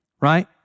right